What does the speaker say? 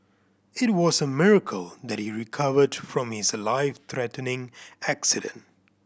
it was a miracle that he recovered from his life threatening accident